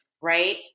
right